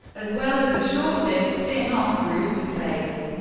as well as a short-lived spin-off, brewster place.